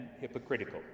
hypocritical